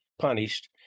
punished